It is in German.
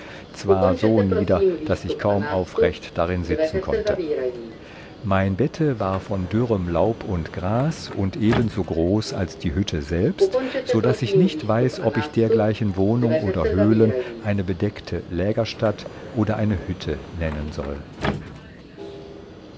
zwar so nieder daß ich kaum aufrecht darin sitzen konnte mein bette war von dürrem laub und gras und ebenso groß als die hütte selbst so daß ich nicht weiß ob ich dergleichen wohnung oder höhlen eine bedeckte lägerstatt oder eine hütte nennen soll